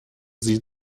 sie